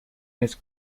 this